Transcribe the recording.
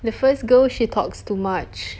the first girl she talks too much